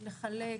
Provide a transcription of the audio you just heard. לחלק,